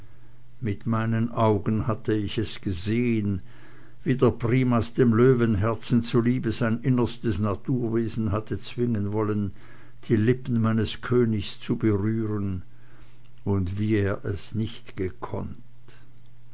mit meinen augen hatte ich es gesehen wie der primas dem löwenherzen zuliebe sein innerstes naturwesen hatte zwingen wollen die lippen meines königs zu berühren und wie er es nicht gekonnt